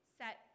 set